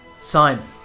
Simon